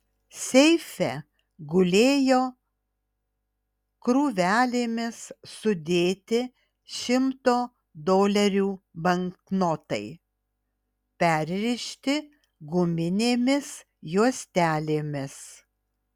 seife gulėjo krūvelėmis sudėti šimto dolerių banknotai perrišti guminėmis juostelėmis